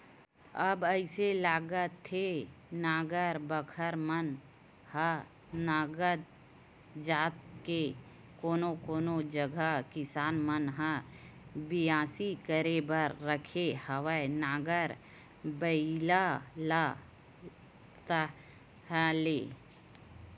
अब अइसे लागथे नांगर बखर मन ह नंदात जात हे कोनो कोनो जगा किसान मन ह बियासी करे बर राखे हवय नांगर बइला ला ताहले